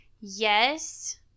Yes